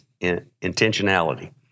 intentionality